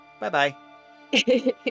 Bye-bye